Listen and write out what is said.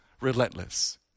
relentless